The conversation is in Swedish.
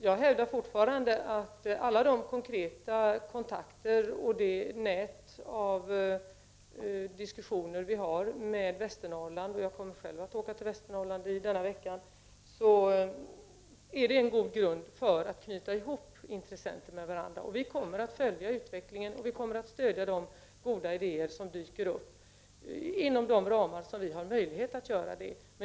Jag hävdar fortfarande att alla de konkreta kontakter och det nät av diskussioner som vi har med Västernorrland — jag kommer själv att åka till Västernorrland denna vecka — ger en god grund för sammanknytning av intressenter med varandra. Vi kommer att följa utvecklingen och att stödja de goda idéer som dyker upp, inom de ramar som står till buds för oss.